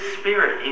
spirit